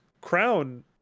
Crown